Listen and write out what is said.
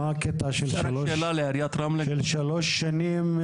מה הקטע של שלוש שנים,